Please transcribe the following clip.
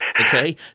Okay